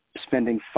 spending